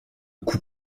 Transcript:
coup